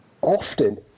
often